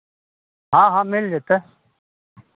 हँ हँ मिल जेतै